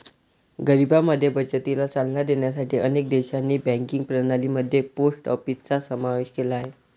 गरिबांमध्ये बचतीला चालना देण्यासाठी अनेक देशांनी बँकिंग प्रणाली मध्ये पोस्ट ऑफिसचा समावेश केला आहे